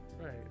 Right